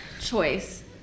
choice